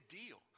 deal